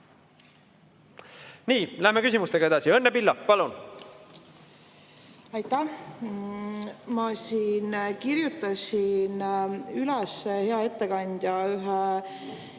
Nii, läheme küsimustega edasi. Õnne Pillak, palun! Aitäh! Ma siin kirjutasin üles, hea ettekandja,